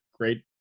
great